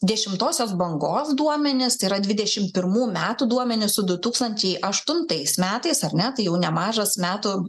dešimtosios bangos duomenis tai yra dvidešimt pirmų metų duomenis su du tūkstančiai aštuntais metais ar ne tai jau nemažas metų